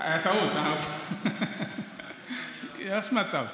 היה טעות, יש מצב,